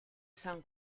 san